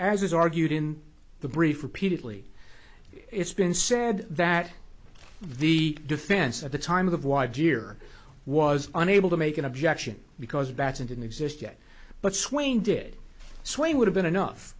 as argued in the brief repeatedly it's been said that the defense at the time of y dear was unable to make an objection because baton didn't exist yet but swain did sway would have been enough